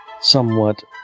Somewhat